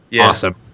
awesome